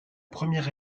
première